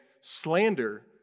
slander